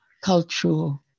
cultural